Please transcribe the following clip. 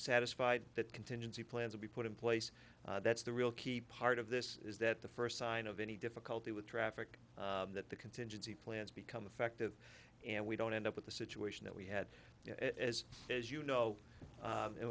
satisfied that contingency plans will be put in place that's the real key part of this is that the first sign of any difficulty with traffic that the contingency plans become effective and we don't end up with the situation that we had as as you know